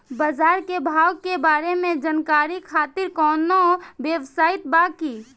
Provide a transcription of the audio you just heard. बाजार के भाव के बारे में जानकारी खातिर कवनो वेबसाइट बा की?